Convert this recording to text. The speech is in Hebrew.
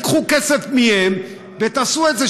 תיקחו כסף מהם ותעשו את זה,